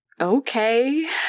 okay